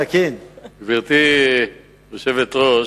גברתי היושבת-ראש,